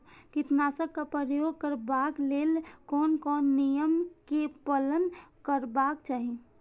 कीटनाशक क प्रयोग करबाक लेल कोन कोन नियम के पालन करबाक चाही?